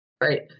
Right